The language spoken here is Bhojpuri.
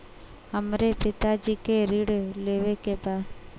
हमरे पिता जी के ऋण लेवे के बा?